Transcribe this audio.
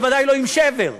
בוודאי לא עם שבר.